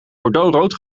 bordeauxrood